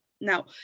Now